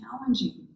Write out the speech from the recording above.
challenging